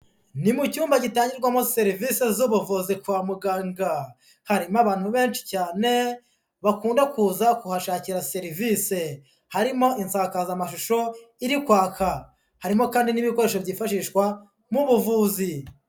Ni mu cyumba gitangirwamo serivisi z'ubuvuzi kwa muganga, harimo abantu benshi cyane, bakunda kuza kuhashakira serivisi, harimo insakazamashusho iri kwaka, harimo kandi n'ibikoresho byifashishwa mu buvuzi.